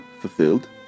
fulfilled